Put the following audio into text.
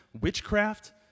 witchcraft